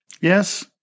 Yes